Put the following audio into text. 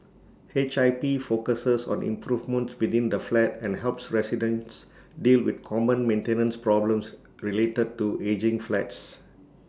H I P focuses on improvements within the flat and helps residents deal with common maintenance problems related to ageing flats